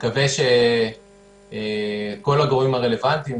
מקווה שכל הגורמים הרלוונטיים,